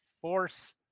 force